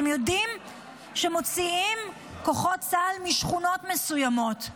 אתם יודעים שמוציאים כוחות צה"ל משכונות מסוימות.